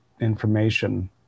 information